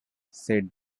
said